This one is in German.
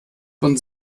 von